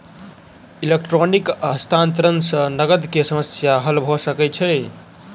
electronic हस्तांतरण सॅ नकद के समस्या हल भ सकै छै